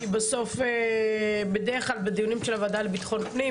כי בסוף בדרך כלל בדיונים של הוועדה לביטחון פנים,